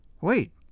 Wait